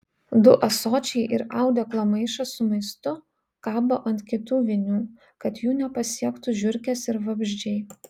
du ąsočiai ir audeklo maišas su maistu kabo ant kitų vinių kad jų nepasiektų žiurkės ir vabzdžiai